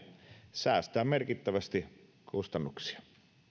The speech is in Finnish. säästää merkittävästi kustannuksia